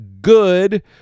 good